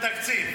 תקציב.